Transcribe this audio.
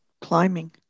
climbing